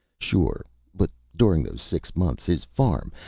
sure but during those six months his farm,